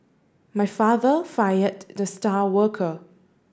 my father fired the star worker